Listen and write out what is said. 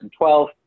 2012